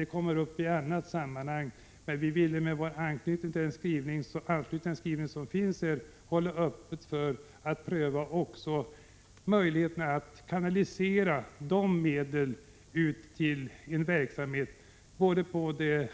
Detta kommer upp i annat sammanhang, men vi ville med anknytning till utskottets skrivning hålla öppet för en prövning av möjligheterna att kanalisera dessa medel både till en verksamhet på det